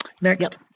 next